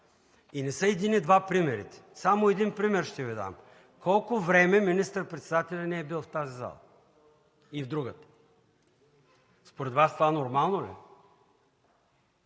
Не са един и два примерите. Само един пример ще Ви дам. Колко време министър-председателят не е бил в тази зала и в другата? Според Вас това нормално ли